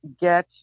get